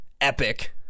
epic